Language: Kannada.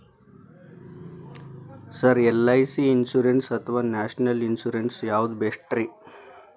ಸರ್ ಎಲ್.ಐ.ಸಿ ಇನ್ಶೂರೆನ್ಸ್ ಅಥವಾ ನ್ಯಾಷನಲ್ ಇನ್ಶೂರೆನ್ಸ್ ಯಾವುದು ಬೆಸ್ಟ್ರಿ?